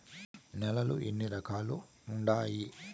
నేలలు ఎన్ని రకాలు వుండాయి?